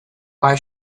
why